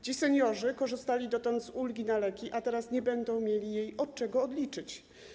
Ci seniorzy korzystali dotąd z ulgi na leki, a teraz nie będą mieli jej od czego odliczyć.